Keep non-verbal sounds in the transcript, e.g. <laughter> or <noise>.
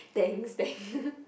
thanks that <laughs>